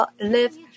live